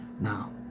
Now